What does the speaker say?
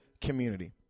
community